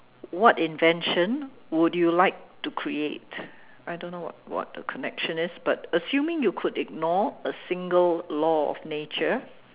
what invention would you like to create I don't know what what the connection is but assuming you could ignore a single law of nature